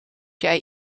jij